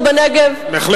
בבקשה, ביום אחד.